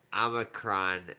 omicron